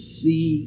see